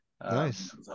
nice